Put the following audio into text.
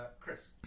Chris